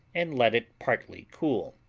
and let it partly cool.